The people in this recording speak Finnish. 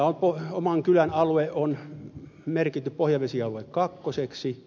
meillä oman kylän alue on merkitty pohjavesialue kakkoseksi